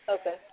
Okay